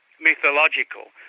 Mythological